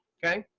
okay?